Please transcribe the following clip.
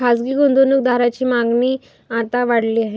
खासगी गुंतवणूक दारांची मागणी आता वाढली आहे